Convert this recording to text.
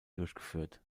durchgeführt